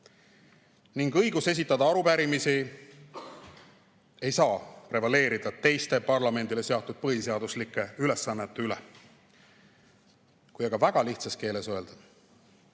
ning õigus esitada arupärimisi ei saa prevaleerida teiste parlamendile seatud põhiseaduslike ülesannete üle. Kui aga väga lihtsas keeles öelda,